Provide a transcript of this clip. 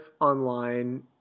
online